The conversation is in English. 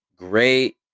Great